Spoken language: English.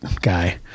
guy